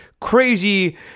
crazy